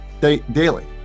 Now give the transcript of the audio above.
daily